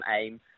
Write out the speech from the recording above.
aim